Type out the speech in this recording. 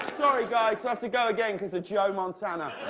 sorry, guys. we'll have to go again because of joe montana.